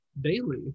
daily